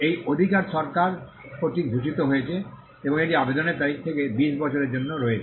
এই রাইট সরকার কর্তৃক ভূষিত হয়েছে এবং এটি আবেদনের তারিখ থেকে 20 বছরের জন্য রয়েছে